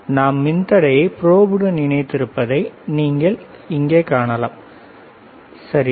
எனவே நாம் மின்தடையை ப்ரோபுடன் இணைத்திருப்பதை நீங்கள் இங்கே காணலாம் சரி